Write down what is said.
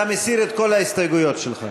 אתה מסיר את כל ההסתייגויות שלך?